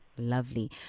lovely